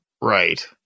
Right